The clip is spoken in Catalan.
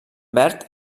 verd